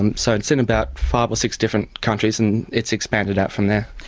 um so it's in about five or six different countries, and it's expanded out from there.